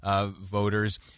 voters